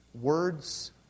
Words